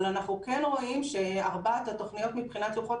אנחנו כן רואים שארבעת התוכניות מבחינת לוחות